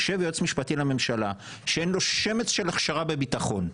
יושב יועץ משפטי לממשלה שאין לו שמץ של הכשרה בביטחון,